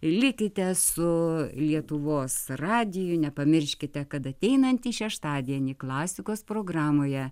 likite su lietuvos radiju nepamirškite kad ateinantį šeštadienį klasikos programoje